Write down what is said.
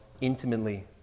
intimately